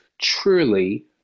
truly